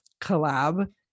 collab